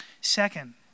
Second